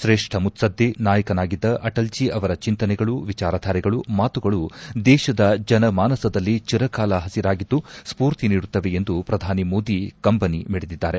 ಶ್ರೇಷ್ನ ಮುತ್ಲದ್ದಿ ನಾಯಕರಾಗಿದ್ದ ಅಟಲ್ಜೀ ಅವರ ಚಿಂತನೆಗಳು ವಿಚಾರಧಾರೆಗಳು ಮಾತುಗಳು ದೇಶದ ಜನಮಾನಸದಲ್ಲಿ ಚಿರಕಾಲ ಹಸಿರಾಗಿದ್ದು ಸ್ಕೂರ್ತಿ ನೀಡುತ್ತವೆ ಎಂದು ಪ್ರಧಾನಿ ಮೋದಿ ಕಂಬನಿ ಮಿಡಿದಿದ್ದಾರೆ